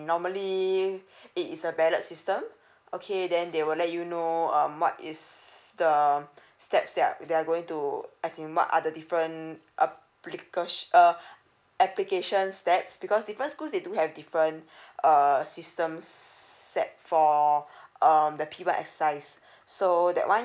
normally it is a ballot system okay then they will let you know um what is the steps there're they are going to as in what are the different applica~ err applications that's because different schools they do have different err systems set for um the P one exercise so that one